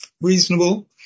reasonable